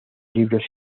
libros